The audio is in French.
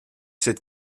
cette